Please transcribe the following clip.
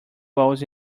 balls